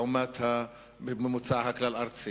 לעומת הממוצע הכלל-ארצי.